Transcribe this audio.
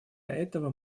этого